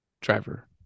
Driver